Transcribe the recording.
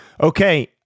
Okay